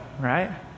right